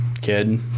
kid